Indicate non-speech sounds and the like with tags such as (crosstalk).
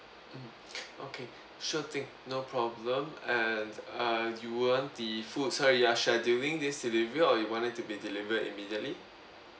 mmhmm (breath) okay sure thing no problem and uh you want the food so you are scheduling this delivery or you want it to be delivered immediately